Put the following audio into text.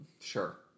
Sure